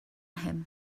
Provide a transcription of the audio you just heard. him